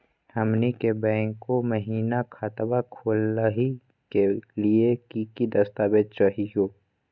हमनी के बैंको महिना खतवा खोलही के लिए कि कि दस्तावेज चाहीयो?